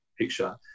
picture